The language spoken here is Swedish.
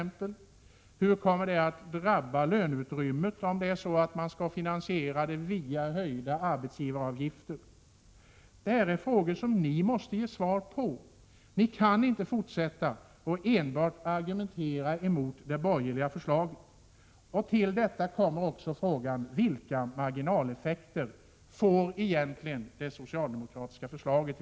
Hur kommer det att drabba löneutrymmet, om man skall finansiera det via höjda arbetsgivaravgifter? : Detta är frågor som ni måste ge svar på. Ni kan inte fortsätta att enbart argumentera mot det borgerliga förslaget. Jag vill också fråga: Vilka marginaleffekter får det socialdemokratiska förslaget?